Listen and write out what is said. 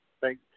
thank